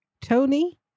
Tony